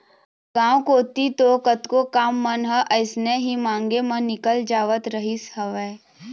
गांव कोती तो कतको काम मन ह अइसने ही मांगे म निकल जावत रहिस हवय